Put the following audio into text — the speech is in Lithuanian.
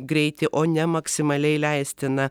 greitį o ne maksimaliai leistiną